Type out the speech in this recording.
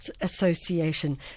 Association